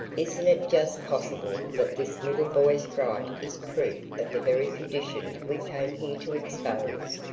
isn't it just possible that this little boy's fright is proof of the very condition we came here to expose?